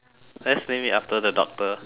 let's name it after the doctor